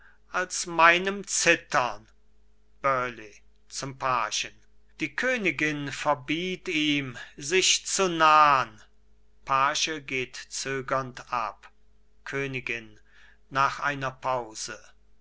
als meinem zittern burleigh zum pagen die königin verbiet ihm sich zu nahn page zögernd ab königin nach einer pause